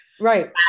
right